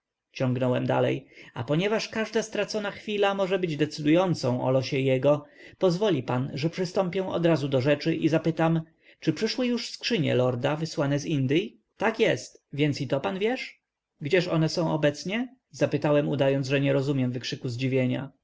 ciągnąłem dalej a ponieważ każda stracona chwila może być decydującą o losie jego pozwól pan że przystąpię odrazu do rzeczy i zapytam czy przyszły już skrzynie lorda wysłane z indyj tak jest więc i to pan wiesz gdzież one są obecnie zapytałem udając że nie rozumiem wykrzyku zdziwienia